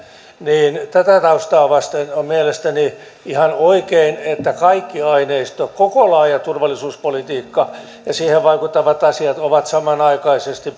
tätä taustaa vasten on mielestäni ihan oikein että kaikki aineisto koko laaja turvallisuuspolitiikka ja siihen vaikuttavat asiat on samanaikaisesti